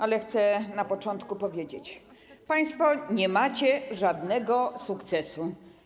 Ale chcę na początku powiedzieć: państwo nie macie żadnego sukcesu.